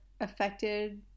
affected